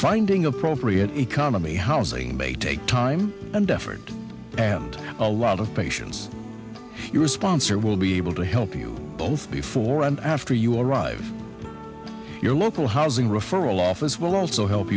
finding appropriate economy housing may take time and effort and a lot of patience your sponsor will be able to help you both before and after you arrive at your local housing referral office will also help